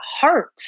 heart